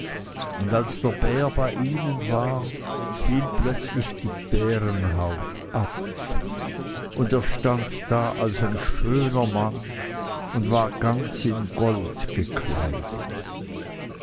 und als der bär bei ihnen war fiel plötzlich die bärenhaut ab und er stand da als ein schöner mann und war ganz in gold gekleidet